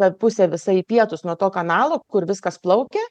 ta pusė visa į pietus nuo to kanalo kur viskas plaukė